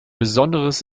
besonderes